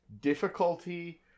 difficulty